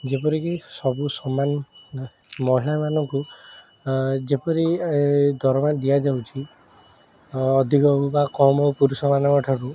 ଯେପରିକି ସବୁ ସମାନ ମହିଳାମାନଙ୍କୁ ଯେପରି ଦରମା ଦିଆଯାଉଛି ଅଧିକ ହେଉ ବା କମ୍ ହେଉ ପୁରୁଷମାନଙ୍କଠାରୁ